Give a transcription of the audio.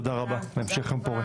תודה רבה והמשך יום פורה.